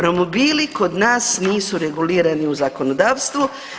Romobili kod nas nisu regulirani u zakonodavstvu.